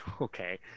Okay